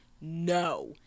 No